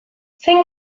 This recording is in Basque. zein